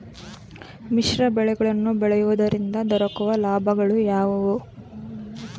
ಮಿಶ್ರ ಬೆಳೆಗಳನ್ನು ಬೆಳೆಯುವುದರಿಂದ ದೊರಕುವ ಲಾಭಗಳು ಯಾವುವು?